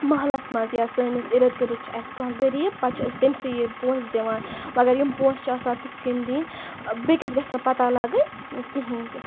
محلَس منٛز یا سٲنِس اِرٕد گِرٕد چھِ اَسہِ کانٛہہ غریٖب پَتہٕ چھِ أسۍ تٔمۍ سٕے یہِ پونٛسہٕ دِوان مگر یِم پونٛسہٕ چھِ آسان تِتھ کَنۍ دِنۍ بیٚکِس گژھِ نہٕ پَتہ لَگٕنۍ کِہیٖنۍ تہِ